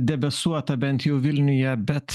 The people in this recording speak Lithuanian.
debesuotą bent jau vilniuje bet